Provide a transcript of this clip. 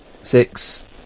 six